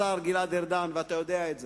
השר גלעד ארדן, ואתה יודע את זה,